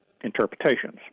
interpretations